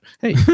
Hey